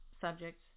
subjects